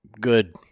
good